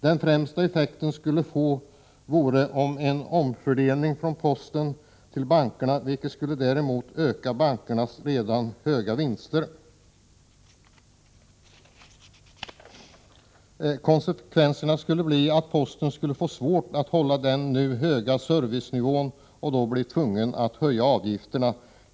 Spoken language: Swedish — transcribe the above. Den främsta effekten skulle vara en omfördelning från posten till bankerna, vilket däremot skulle öka bankernas redan höga vinster. Konsekvensen skulle bli att posten skulle få svårt att hålla den nu höga servicenivån och då bli tvungen att höja avgifterna.